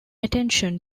attention